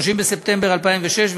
30 בספטמבר 2006,